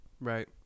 Right